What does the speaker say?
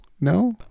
no